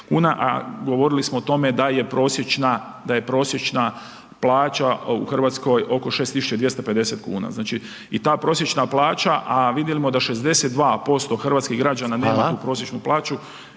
a govorili smo o tome da je prosječna plaća u Hrvatskoj oko 6 tisuća 250 kn. Znači i ta prosječna plaća a vidimo da 62% hrvatskih građana …/Govornik se ne